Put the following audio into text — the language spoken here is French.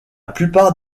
plupart